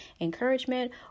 encouragement